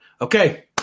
Okay